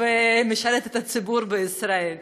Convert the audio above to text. פה ומשרתת את הציבור בישראל.